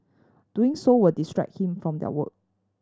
doing so will distract him from their work